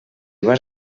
vas